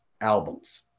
albums